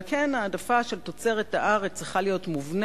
על כן ההעדפה של תוצרת הארץ צריכה להיות מובנית,